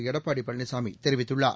எடப்பாடி பழனிசாமி தெரிவித்துள்ளார்